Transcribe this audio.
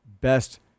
best